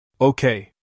Okay